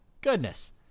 goodness